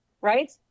Right